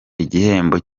igihembo